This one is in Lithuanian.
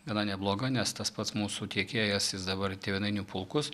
gana nebloga nes tas pats mūsų tiekėjas jis dabar tėvynainių pulkus